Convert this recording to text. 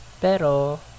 pero